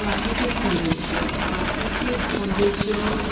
প্ৰাকৃতিক সৌন্দৰ্য প্ৰাকৃতিক সৌন্দৰ্য